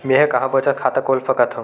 मेंहा कहां बचत खाता खोल सकथव?